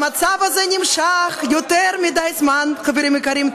המצב הזה נמשך יותר מדי זמן, חברים יקרים.